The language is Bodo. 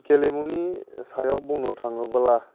गेलेमुनि सायाव बुंनो थाङोब्ला